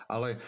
Ale